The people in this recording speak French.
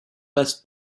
passe